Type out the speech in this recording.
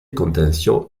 contenció